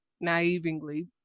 naively